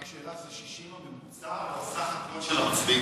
רק שאלה, זה 60% בממוצע או סך הכול של המצביעים?